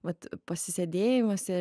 vat pasisėdėjimuose